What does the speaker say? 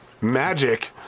Magic